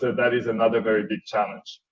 that is another very big challenge.